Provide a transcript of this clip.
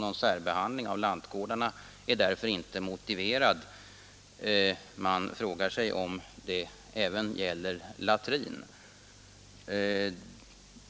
Någon särbehandling av lantgårdar är därför inte motiverad.” Man frågar sig om det även gäller latrin.